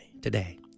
today